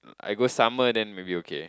I go summer then maybe okay